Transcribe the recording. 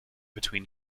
between